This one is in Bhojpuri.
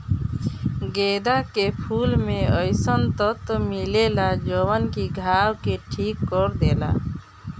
गेंदा के फूल में अइसन तत्व मिलेला जवन की घाव के ठीक कर देला